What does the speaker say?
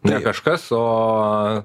ne kažkas o